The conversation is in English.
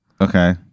Okay